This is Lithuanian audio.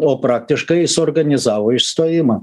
o praktiškai suorganizavo išstojimą